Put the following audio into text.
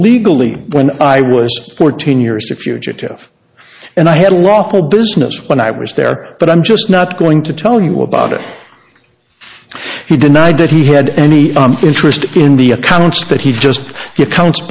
illegally when i was fourteen years a fugitive and i had a lawful business when i was there but i'm just not going to tell you about it he denied that he had any interest in the accounts that he just the accounts